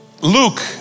Luke